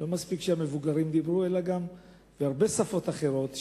לא מספיק שהמבוגרים דיברו אלא גם בהרבה שפות אחרות,